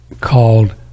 called